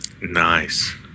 Nice